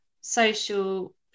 social